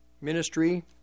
Ministry